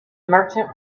merchant